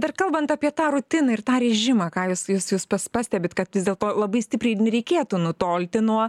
dar kalbant apie tą rutiną ir tą rėžimą ką jūs jūs pas pastebit kad vis dėlto labai stipriai nereikėtų nutolti nuo